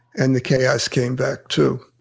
and the chaos came back, too